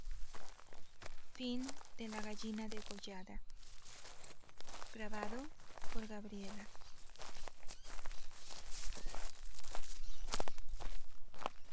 la gallina degollada